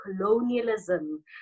colonialism